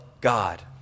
God